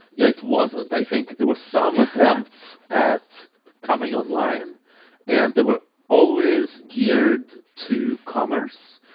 yeah it wasn't. i think there were some attempts at coming online and they were always geared to commerce.